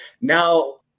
now